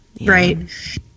Right